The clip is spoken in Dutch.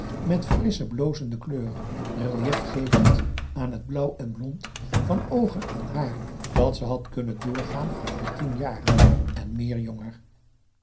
met frissche blozende kleur relief gevend aan het blauw en blond van oogen en haar dat ze had kunnen doorgaan voor tien jaren en meer jonger